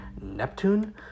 Neptune